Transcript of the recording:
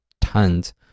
tons